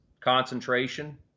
concentration